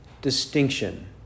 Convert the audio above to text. distinction